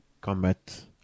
combat